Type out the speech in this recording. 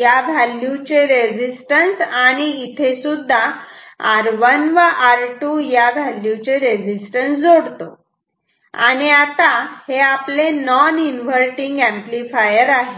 या व्हॅल्यू चे रेजिस्टन्स आणि इथे सुद्धा R1 व R2 या व्हॅल्यू चे रेजिस्टन्स जोडतो आणि आता हे आपले नॉन इन्व्हर्टटिंग एंपलीफायर आहे